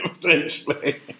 potentially